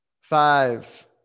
Five